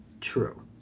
true